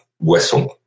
Boisson